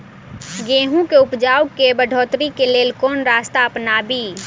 गेंहूँ केँ उपजाउ केँ बढ़ोतरी केँ लेल केँ रास्ता अपनाबी?